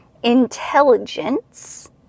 intelligence